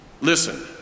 Listen